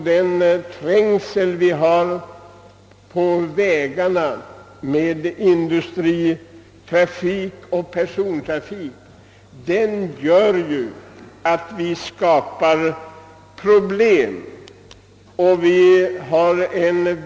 Den trängsel vi har på vägarna med blandad indu stritrafik och persontrafik medför stora problem.